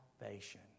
salvation